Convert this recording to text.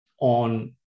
on